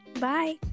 bye